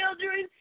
children